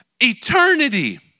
Eternity